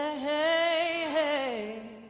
ah hey hey,